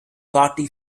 party